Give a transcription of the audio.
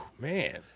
man